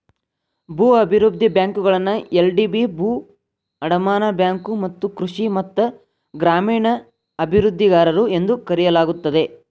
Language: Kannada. ಭೂ ಅಭಿವೃದ್ಧಿ ಬ್ಯಾಂಕುಗಳನ್ನ ಎಲ್.ಡಿ.ಬಿ ಭೂ ಅಡಮಾನ ಬ್ಯಾಂಕು ಮತ್ತ ಕೃಷಿ ಮತ್ತ ಗ್ರಾಮೇಣ ಅಭಿವೃದ್ಧಿಗಾರರು ಎಂದೂ ಕರೆಯಲಾಗುತ್ತದೆ